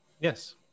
Yes